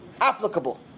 applicable